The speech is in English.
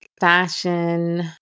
fashion